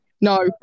No